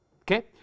Okay